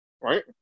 right